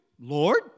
Lord